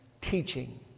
teaching